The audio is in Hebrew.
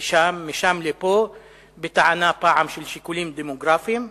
לשם ומשם לפה בטענה, פעם של שיקולים דמוגרפיים,